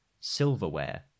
silverware